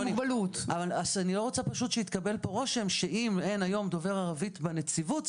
אני לא רוצה פשוט שיתקבל פה רושם שאם אין היום דובר ערבית בנציבות,